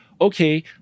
okay